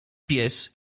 pies